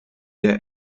der